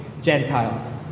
Gentiles